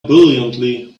brilliantly